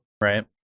Right